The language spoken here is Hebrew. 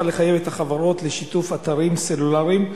לחייב את החברות בשיתוף אתרים סלולריים,